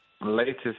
latest